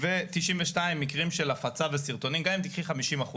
ו-92 מקרים של הפצה וסרטונים, גם אם תיקחי 50%,